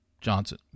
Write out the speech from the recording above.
Johnson